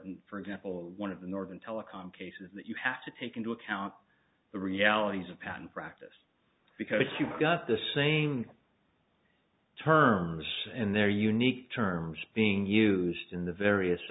and for example one of the northern telecom cases that you have to take into account the realities of patent practice because you've got the same terms and their unique terms being used in the various